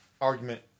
argument